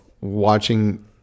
watching